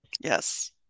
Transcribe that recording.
Yes